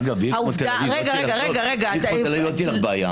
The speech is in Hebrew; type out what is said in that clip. אגב בעיר כמו תל אביב לא תהיה לך בעיה.